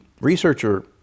researcher